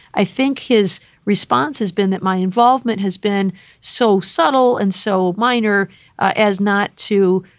i think his response has been that my involvement has been so subtle and so minor as not to